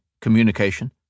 communication